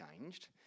changed